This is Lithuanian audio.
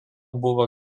buvo